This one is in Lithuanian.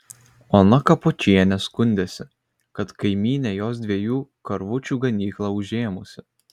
ona kapočienė skundėsi kad kaimynė jos dviejų karvučių ganyklą užėmusi